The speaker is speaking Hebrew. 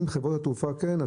אם חברות התעופה כן,